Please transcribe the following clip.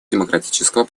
демократического